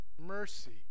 mercy